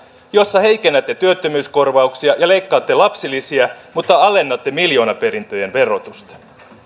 jossa heikennätte työttömyyskorvauksia ja leikkaatte lapsilisiä mutta alennatte miljoonaperintöjen verotusta